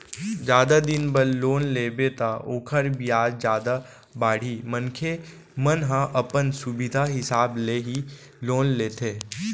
जादा दिन बर लोन लेबे त ओखर बियाज जादा बाड़ही मनखे मन ह अपन सुबिधा हिसाब ले ही लोन लेथे